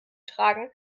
tragen